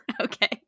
Okay